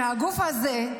-- שהגוף הזה,